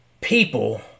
people